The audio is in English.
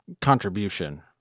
contribution